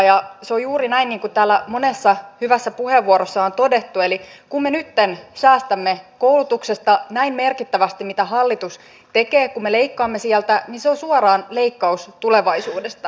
se on juuri näin niin kuin täällä monessa hyvässä puheenvuorossa on todettu että kun me nyt säästämme koulutuksesta näin merkittävästi kuin mitä hallitus tekee kun me leikkaamme sieltä niin se on suoraan leikkaus tulevaisuudesta